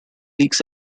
leaks